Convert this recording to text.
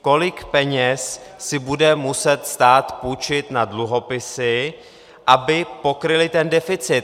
Kolik peněz si bude muset stát půjčit na dluhopisy, aby pokryly ten deficit?